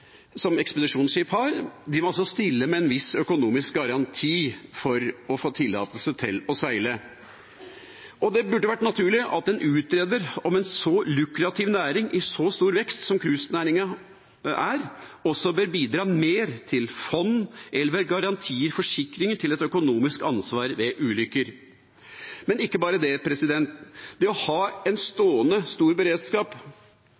dette. Ekspedisjonsskip må stille med en viss økonomisk garanti for å få tillatelse til å seile. Det burde være naturlig at en utredet om en så lukrativ næring i så stor vekst som cruisenæringen er, bør bidra mer til fond eller ved garantier, forsikringer, til et økonomisk ansvar ved ulykker. Men ikke bare det – hvis man skal ha en